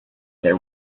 there